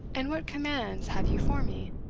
and what commands have you for me?